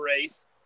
race